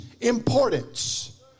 importance